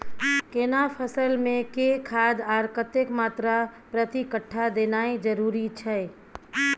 केना फसल मे के खाद आर कतेक मात्रा प्रति कट्ठा देनाय जरूरी छै?